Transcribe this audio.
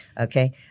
Okay